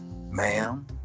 Ma'am